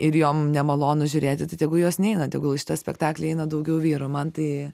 ir jom nemalonu žiūrėti tai tegu jos neina tegul jis tą spektaklį eina daugiau vyrų man tai